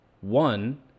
one